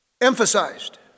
Emphasized